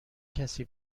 کسی